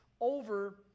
over